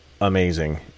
amazing